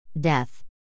Death